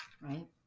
right